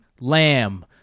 Lamb